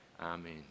Amen